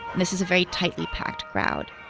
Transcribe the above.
this is a very tightly packed crowd